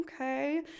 Okay